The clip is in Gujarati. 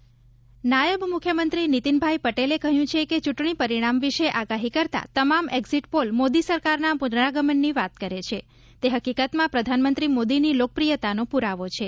નીતિન પટેલ એક્ઝિટ પોલ નાયબ મુખ્યમંત્રી નીતિનભાઇ પટેલે કહ્યું છે કે ચૂંટણી પરિણામ વિશે આગાહી કરતા તમામ એક્ઝિટ પોલ મોદી સરકારના પુનરાગમનની વાત કરે છે તે હકીકતમાં પ્રધાનમંત્રી મોદીની લોકપ્રિયતાનો ્પ્રરાવો છે